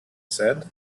said